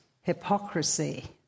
hypocrisy